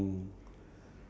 ya